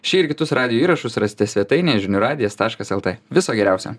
šį ir kitus radijo įrašus rasite svetainėje žinių radijas taškas lt viso geriausio